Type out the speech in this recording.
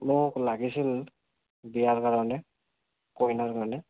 মোক লাগিছিল বিয়াৰ কাৰণে কইনাৰ কাৰণে